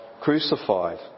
crucified